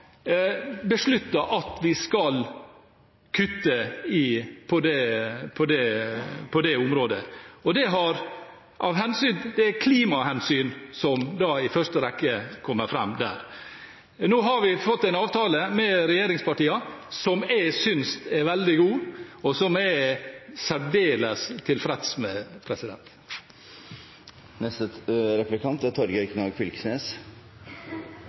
besluttet at vi skal kutte på det området. Det er klimahensyn som i første rekke kommer fram der. Nå har vi fått en avtale med regjeringspartiene som jeg synes er veldig god, og som jeg er særdeles tilfreds med. Sjølv om eg har stor sans for representanten Farstad, er